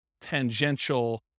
tangential